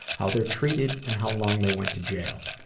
how they are treated, and how long they went to jail.